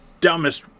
dumbest